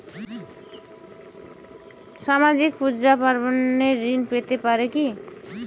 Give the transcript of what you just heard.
সামাজিক পূজা পার্বণে ঋণ পেতে পারে কি?